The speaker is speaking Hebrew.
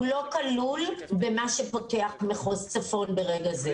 הוא לא כלול במה שפותח מחוז צפון ברגע זה.